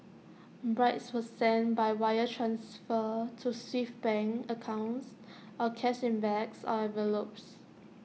bribes were sent by wire transfer to Swiss bank accounts or cash in bags or envelopes